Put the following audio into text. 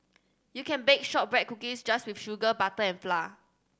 you can bake shortbread cookies just with sugar butter and flour